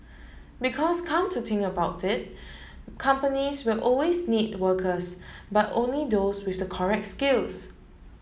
because come to think about it companies will always need workers but only those with the correct skills